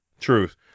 Truth